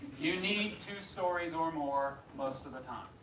you need two stories or more most of the time,